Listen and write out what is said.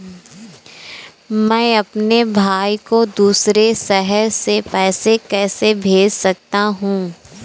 मैं अपने भाई को दूसरे शहर से पैसे कैसे भेज सकता हूँ?